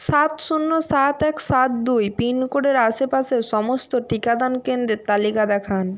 সাত শূণ্য সাত এক সাত দুই পিনকোডের আশেপাশের সমস্ত টিকাদান কেন্দ্রের তালিকা দেখান